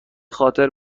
خاطر